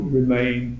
remain